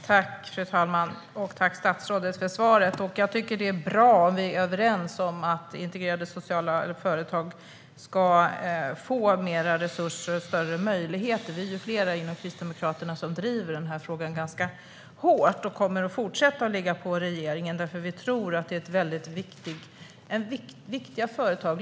Fru talman! Jag tackar statsrådet för svaret. Jag tycker att det är bra om vi är överens om att arbetsintegrerande sociala företag ska få mer resurser och större möjligheter. Vi är flera inom Kristdemokraterna som driver frågan ganska hårt, och vi kommer att fortsätta att ligga på regeringen. Vi tror nämligen att detta är viktiga företag.